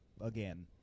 again